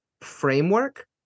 framework